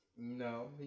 No